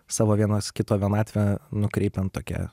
savo vienas kito vienatvę nukreipiant tokia